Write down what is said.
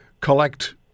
collect